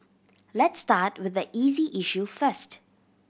let's start with the easy issue first